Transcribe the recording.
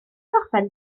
gorffen